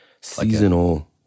seasonal